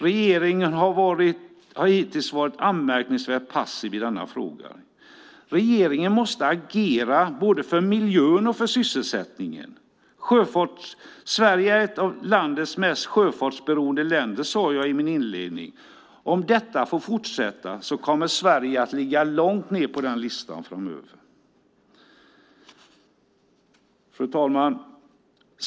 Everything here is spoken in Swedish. Regeringen har hittills varit anmärkningsvärt passiv i denna fråga. Regeringen måste agera både för miljön och för sysselsättningen. Sverige är ett av Europas mest sjöfartsberoende länder, sade jag i min inledning. Om detta får fortsätta kommer Sverige att ligga långt ned på den listan framöver. Fru talman!